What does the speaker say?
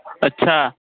अच्छा